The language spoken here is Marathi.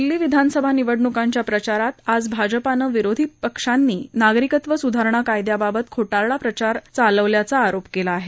दिल्ली विधानसभा निवडणुकांच्या प्रचारात आज भाजपानं विरोधी पक्षांनी नागरिकत्व सुधारणा कायद्याबाबत खोतिंडा प्रचार चालवल्याचा आरोप केला आहे